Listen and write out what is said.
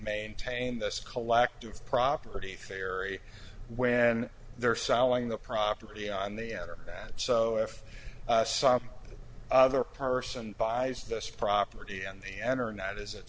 maintain this collective property theory when they're selling the property on the enter that so if some other person buys this property and they enter not is it